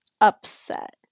upset